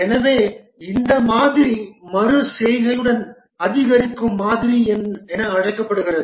எனவே இந்த மாதிரி மறு செய்கையுடன் அதிகரிக்கும் மாதிரி என அழைக்கப்படுகிறது